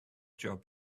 job